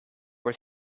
were